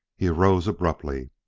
he rose abruptly.